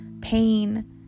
pain